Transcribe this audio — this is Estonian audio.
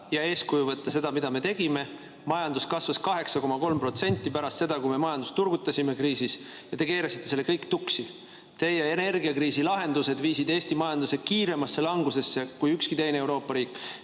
ja eeskujuks võtta seda, mida me tegime. Majandus kasvas 8,3% pärast seda, kui me majandust kriisis turgutasime. Teie keerasite selle kõik tuksi. Teie energiakriisi lahendused viisid Eesti majanduse kiiremasse langusesse, kui [see oli] üheski teises Euroopa riigis.